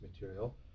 material